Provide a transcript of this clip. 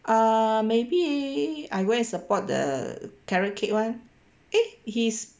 or maybe I go and support the carrot cake [one] eh he's